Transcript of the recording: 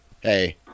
Hey